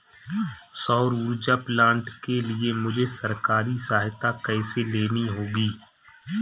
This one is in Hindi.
सौर ऊर्जा प्लांट के लिए मुझे सरकारी सहायता कैसे लेनी होगी?